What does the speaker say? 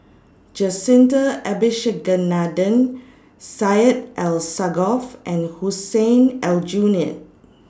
Jacintha Abisheganaden Syed Alsagoff and Hussein Aljunied